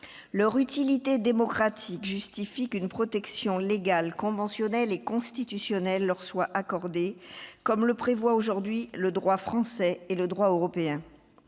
Leur utilité démocratique justifie qu'une protection légale, conventionnelle et constitutionnelle leur soit accordée, comme le prévoient aujourd'hui le droit français et le droit européen.